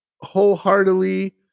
wholeheartedly